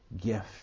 gift